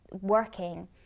working